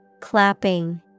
Clapping